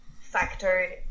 factor